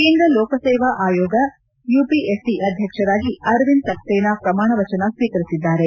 ಕೇಂದ್ರ ಲೋಕಸೇವಾ ಆಯೋಗ ಯುಪಿಎಸ್ಸಿ ಅಧ್ಲಕ್ಷರಾಗಿ ಅರವಿಂದ್ ಸಕ್ನೇನಾ ಪ್ರಮಾಣವಚನ ಸ್ವೀಕರಿಸಿದ್ದಾರೆ